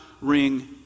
ring